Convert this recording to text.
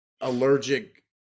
allergic